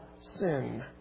sin